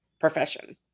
profession